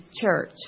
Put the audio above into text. church